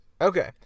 Okay